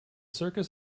circus